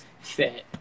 fit